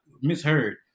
misheard